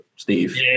Steve